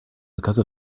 because